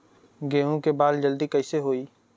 गेहूँ के बाल जल्दी कईसे होई?